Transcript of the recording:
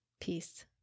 Peace